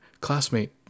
classmate